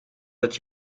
het